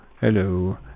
Hello